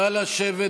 נא לשבת,